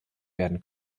werden